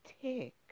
tick